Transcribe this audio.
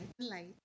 light